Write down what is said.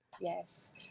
yes